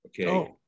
okay